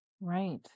Right